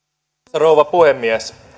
rouva puhemies